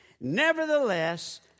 Nevertheless